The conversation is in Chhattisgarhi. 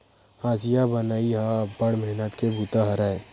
हँसिया बनई ह अब्बड़ मेहनत के बूता हरय